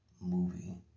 movie